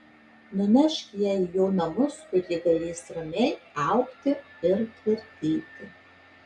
nunešk ją į jo namus kur ji galės ramiai augti ir tvirtėti